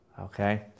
Okay